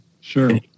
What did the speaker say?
Sure